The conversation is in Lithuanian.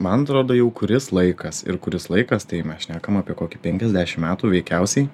man atrodo jau kuris laikas ir kuris laikas tai mes šnekam apie kokį penkiasdešim metų veikiausiai